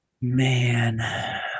man